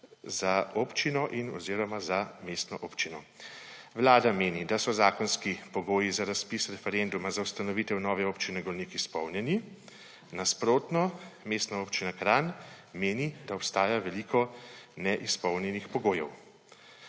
za občino in oziroma za mestno občino. Vlada meni, da so zakonski pogoji za razpis referenduma za ustanovitev nove Občine Golnik izpolnjeni. Nasprotno pa Mestna občina Kranj meni, da obstaja veliko neizpolnjenih pogojev.